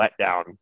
letdown